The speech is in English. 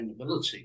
sustainability